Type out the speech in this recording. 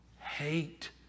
hate